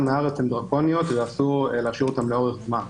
מהארץ הן דרקוניות ואסור להשאיר אותן לאורך זמן.